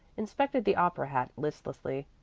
inspected the opera hat listlessly.